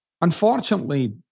Unfortunately